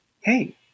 hey